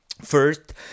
First